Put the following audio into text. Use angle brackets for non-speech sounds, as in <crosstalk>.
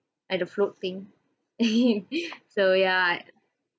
at the float thing <laughs> so ya